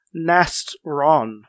Nastron